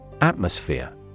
Atmosphere